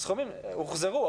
התשלומים הוחזרו.